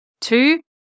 two